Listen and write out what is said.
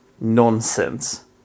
nonsense